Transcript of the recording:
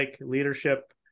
leadership